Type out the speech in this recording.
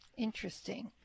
Interesting